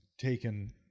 taken